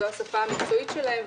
זו השפה המקצועית שלהם.